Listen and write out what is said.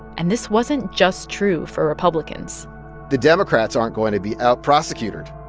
and this wasn't just true for republicans the democrats aren't going to be out-prosecutered.